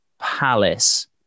Palace